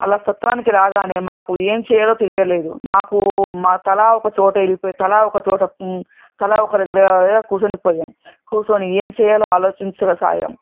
అలా స త్రానికి రాగానే మాకు ఏం చేయాలో తెలియలేదు మాకు మా తలా ఒక చోట వెళ్లిపోయి తలా ఒకచోట తలా ఒక దగ్గర కూచుండిపోయాం కూర్చోని ఏం చేయాలో ఆలోచించసాగాం